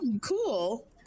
cool